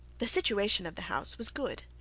the situation of the house was good.